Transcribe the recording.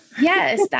Yes